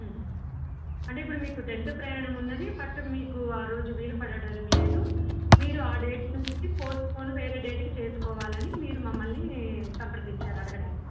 అంటే ఇప్పుడు మీకు టెన్త్ ప్రయాణం ఉన్నది బట్ మీకు ఆ రోజు వీలు పడడం లేదు మీరు ఆ డేట్ నుంచి పోస్ట్పోన్ వేరే డేటుకి చేసుకోవాలని మీరు మమ్మల్ని సంప్రదించారు అడగడానికి